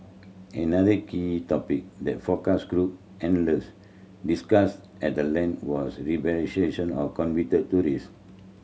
another key topic that focus group attendees discussed at the length was rehabilitation of convicted terrorists